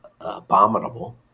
abominable